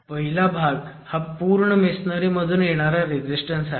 पहिला भाग हा संपूर्ण मेसोनारीमधून येणारा रेझीस्टन्स आहे